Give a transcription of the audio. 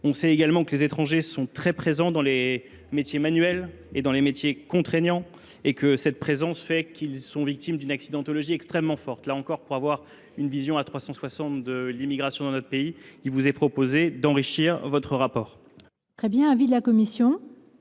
On sait également que les étrangers sont très présents dans les métiers manuels et dans les métiers contraignants. Cette présence fait qu’ils sont victimes d’une accidentologie extrêmement forte. Là encore, pour avoir une vision complète de l’immigration dans notre pays, nous vous proposons d’enrichir le rapport. Quel est l’avis de la commission